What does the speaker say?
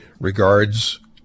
Regards